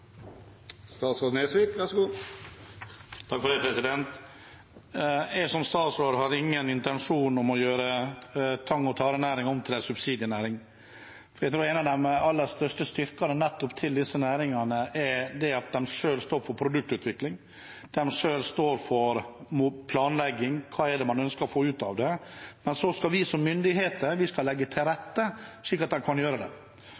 jeg ingen intensjon om å gjøre tang- og tarenæringen om til en subsidienæring. Jeg tror en av de aller største styrkene til disse næringene er at de selv står for produktutvikling, og de står selv for planlegging – hva de ønsker å få ut av det – men så skal vi som myndigheter legge til rette slik at de kan gjøre det.